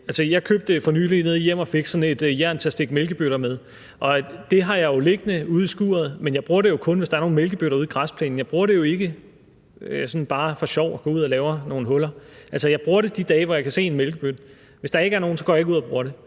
Jeg købte for nylig i Jem & Fix sådan et jern til at stikke mælkebøtter med. Det har jeg liggende ude i skuret, men jeg bruger det jo kun, hvis der er nogle mælkebøtter ude i græsplænen. Jeg bruger det jo ikke sådan bare for sjov og går ud og laver nogle huller. Altså, jeg bruger det de dage, hvor jeg kan se en mælkebøtte. Hvis der ikke er nogen, går jeg ikke ud og bruger det.